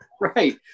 Right